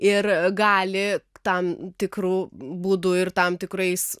ir gali tam tikru būdu ir tam tikrais